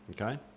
Okay